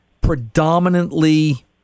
predominantly